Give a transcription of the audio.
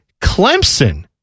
Clemson